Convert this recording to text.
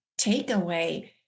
takeaway